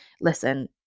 listen